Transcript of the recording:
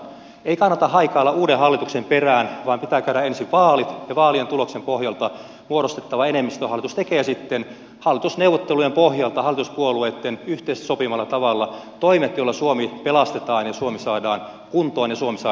ei kannata haikailla uuden hallituksen perään vaan pitää käydä ensin vaalit ja vaalien tuloksen pohjalta muodostettava enemmistöhallitus tekee sitten hallitusneuvottelujen pohjalta hallituspuolueitten yhteisesti sopimalla tavalla toimet joilla suomi pelastetaan ja suomi saadaan kuntoon ja suomi saadaan nousuun